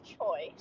choice